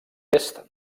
est